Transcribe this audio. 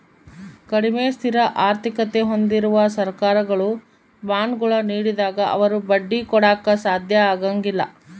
ಕಡಿಮೆ ಸ್ಥಿರ ಆರ್ಥಿಕತೆ ಹೊಂದಿರುವ ಸರ್ಕಾರಗಳು ಬಾಂಡ್ಗಳ ನೀಡಿದಾಗ ಅವರು ಬಡ್ಡಿ ಕೊಡಾಕ ಸಾಧ್ಯ ಆಗಂಗಿಲ್ಲ